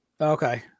Okay